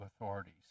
authorities